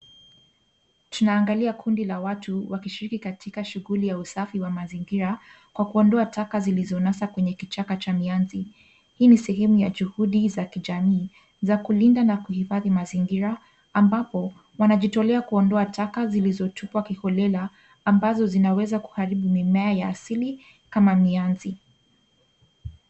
Tunaangalia kundi la watu wakishiriki katika shughuli za usafi wa mazingira kwa kuondoa taka zilizonaswa kwenye vichaka za mianzi. Hii ni sehemu za juhudi za kijamii za kulinda na kuhifadhi mazingira ambapo wanajitolea kuondoa taka zilizotupwa kwa kiholela ambazo zinaweza kuharibu mimea ya asili kama mianzi.